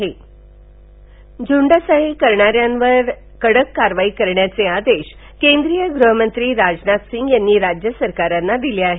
राजनाय सिंह झंडशाही करणाऱ्यांवर कडक कारवाई करण्याचे आदेश केंद्रीय गृहमंत्री राजनाथ सिंह यांनी राज्य सरकारांना दिले आहेत